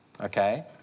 Okay